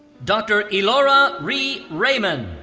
dr. elora lee raymond.